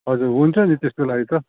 हजुर हुन्छ नि त्यसको लागि त